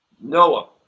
Noah